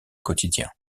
quotidien